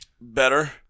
Better